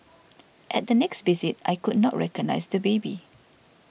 at the next visit I could not recognise the baby